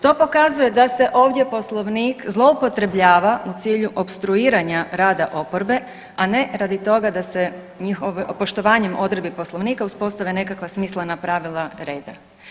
To pokazuje da se ovdje poslovnik zloupotrebljava u cilju opstruiranja rada oporbe, a ne radi toga da se poštovanjem odredbi poslovnika uspostave nekakva smislena pravila reda.